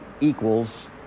equals